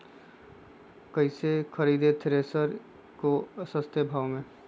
कैसे खरीदे थ्रेसर को सस्ते भाव में?